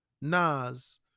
Nas